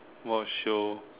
I watch show